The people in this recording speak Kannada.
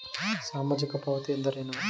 ಸಾಮಾಜಿಕ ಪಾವತಿ ಎಂದರೇನು?